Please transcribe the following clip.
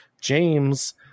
James